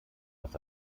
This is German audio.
dass